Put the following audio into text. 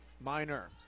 Minor